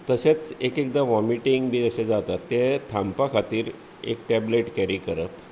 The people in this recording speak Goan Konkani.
तशेंच एक एकदां वॉमिटींग बी अशें जाता तें थांबोवपा खातीर एक टॅबलेट कॅरी करप